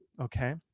okay